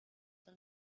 son